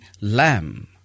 Lamb